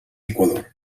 equador